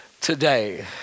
today